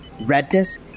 redness